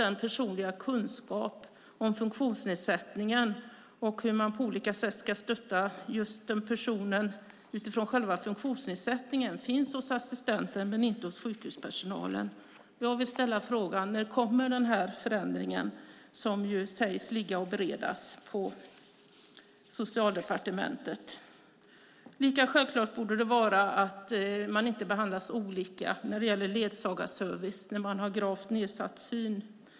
Den personliga kunskapen om funktionsnedsättningen och hur man på olika sätt ska stötta personen utifrån själva funktionsnedsättningen finns hos assistenten men inte hos sjukhuspersonalen. Jag vill ställa frågan: När kommer den förändring som sägs ligga och beredas på Socialdepartementet? Det borde vara självklart att man inte behandlas olika när det gäller ledsagarservice när man har gravt nedsatt syn.